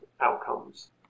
outcomes